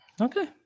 Okay